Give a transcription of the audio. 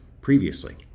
previously